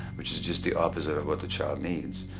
which is just the opposite of what the child needs.